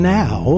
now